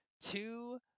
two